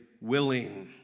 willing